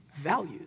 values